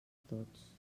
tots